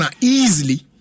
easily